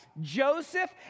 Joseph